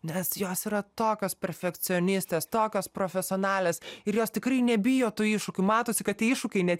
nes jos yra tokios perfekcionistės tokios profesionalės ir jos tikrai nebijo tų iššūkių matosi kad tie iššūkiai net